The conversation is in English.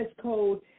code